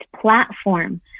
platform